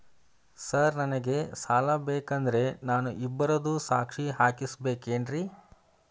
Sir ನನಗೆ ಸಾಲ ಬೇಕಂದ್ರೆ ನಾನು ಇಬ್ಬರದು ಸಾಕ್ಷಿ ಹಾಕಸಬೇಕೇನ್ರಿ?